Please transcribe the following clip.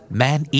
man